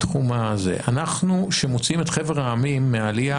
כשאנחנו מוציאים את חבר העמים מהעלייה,